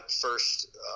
first